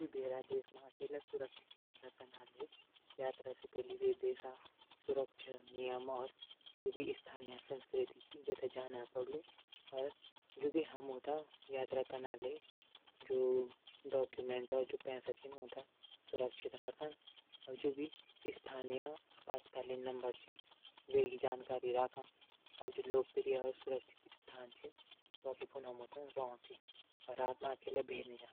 भैर देश मा अकेला सुरक्षित यात्रा कनाले यात्रा से पैली वेक देश सुरक्षा नियम वा जू भी स्थानीय संस्कृति च वेथे जानण पोडलू अर जू भी हमतो यात्रा कनाले जू भी जरूरी डाक्यूमेंट और पैसा छन ऊंथै सुरक्षित रखण और जू भी स्थानीय आपातकालीन नंबर च वेकी जानकारी रखण। और जू लोकप्रिय सुरक्षित स्थान छन वखि फुंड हमतो रैंण च। अर रात मा अकेला भैर नी जांण।